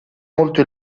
molto